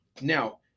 Now